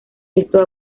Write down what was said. esto